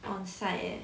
on site eh